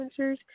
influencers